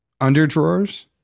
Underdrawers